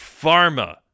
Pharma